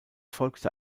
folgte